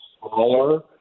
smaller